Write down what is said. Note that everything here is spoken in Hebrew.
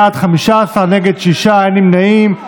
בעד, 15, נגד, שישה, אין נמנעים.